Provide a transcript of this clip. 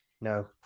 no